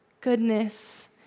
goodness